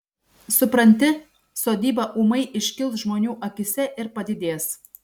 supranti sodyba ūmai iškils žmonių akyse ir padidės